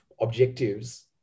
objectives